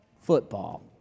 football